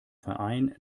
verein